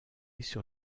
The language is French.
sur